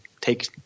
take